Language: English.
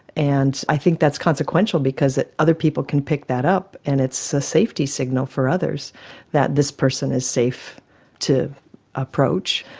and i think that's consequential because other people can pick that up and it's a safety signal for others that this person is safe to approach.